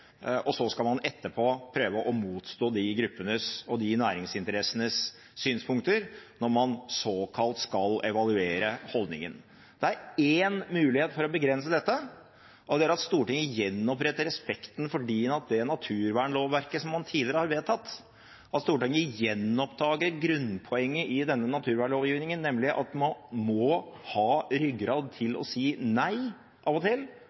og så skal man etterpå prøve å motstå de gruppenes og de næringsinteressenes synspunkter når man skal såkalt evaluere ordningen. Det er én mulighet for å begrense dette, og det er at Stortinget gjenoppretter respekten for det naturvernlovverket som man tidligere har vedtatt – at Stortinget gjenoppdager grunnpoenget i denne naturvernlovgivningen, nemlig at man av og til må ha ryggrad til å si nei, av hensyn til